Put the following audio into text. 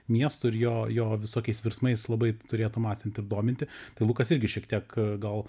miestu ir jo jo visokiais virsmais labai turėtų masinti ir dominti tai lukas irgi šiek tiek gal